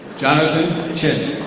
johnathan chin.